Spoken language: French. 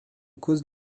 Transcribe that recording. cause